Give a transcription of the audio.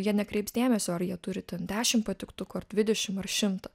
jie nekreips dėmesio ar jie turi ten dešim patiktukų ar dvidešim ar šimtą